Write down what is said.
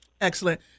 Excellent